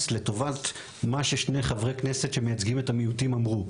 לטובת מה ששני חברי הכנסת שמייצגים את המיעוטים אמרו.